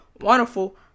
wonderful